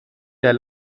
der